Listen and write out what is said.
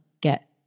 get